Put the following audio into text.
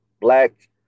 black